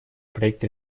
проект